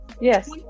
Yes